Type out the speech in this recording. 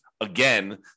again